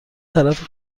طرف